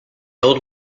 old